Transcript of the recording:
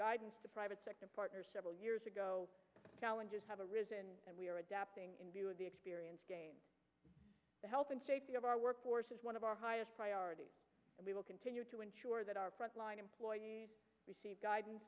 guidance to private sector partners several years ago challenges have a risen and we are adapting in view of the experience gained health and safety of our workforce is one of our highest priority and we will continue to ensure that our front line employees receive guidance